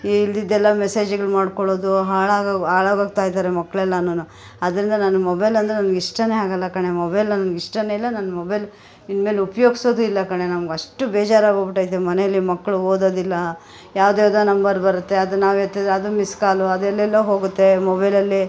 ಈ ಇಲ್ದಿದ್ದೆಲ್ಲ ಮೆಸೇಜ್ಗಳು ಮಾಡಿಕೊಳ್ಳೋದು ಹಾಳಾಗೋವ್ ಹಾಳಾಗೋಗ್ತಾಯಿದ್ದಾರೆ ಮಕ್ಳೆಲ್ಲಾನು ಅದರಿಂದ ನನಗೆ ಮೊಬೈಲ್ ಅಂದರೆ ನನ್ಗೆ ಇಷ್ಟ ಆಗೋಲ್ಲ ಕಣೆ ಮೊಬೈಲ್ ನನ್ಗೆ ಇಷ್ಟ ಇಲ್ಲ ನನ್ನ ಮೊಬೈಲ್ ಇನ್ಮೇಲೆ ಉಪಯೋಗ್ಸೋದು ಇಲ್ಲ ಕಣೆ ನಮ್ಗೆ ಅಷ್ಟು ಬೇಜಾರ್ ಆಗೋಗ್ಬಿಟೈತೆ ಮನೆಯಲ್ಲಿ ಮಕ್ಕಳು ಓದೋದಿಲ್ಲ ಯಾವ್ದು ಯಾವುದೋ ನಂಬರ್ ಬರುತ್ತೆ ಅದನ್ನು ನಾವು ಎತ್ತಿದ್ರೆ ಅದು ಮಿಸ್ ಕಾಲು ಅದು ಎಲ್ಲೆಲ್ಲೋ ಹೋಗುತ್ತೆ ಮೊಬೈಲಲ್ಲಿ